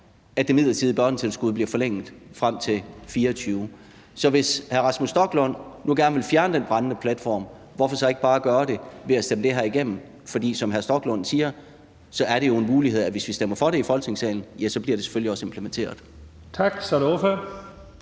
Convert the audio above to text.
at det midlertidige børnetilskud bliver forlænget frem til 2024. Så hvis hr. Rasmus Stoklund nu gerne vil fjerne den brændende platform, hvorfor så ikke bare gøre det ved at stemme det her igennem? For som hr. Rasmus Stoklund siger, er det jo en mulighed, at hvis vi stemmer for det i Folketingssalen, bliver det selvfølgelig også implementeret. Kl. 14:03 Første